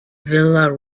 vila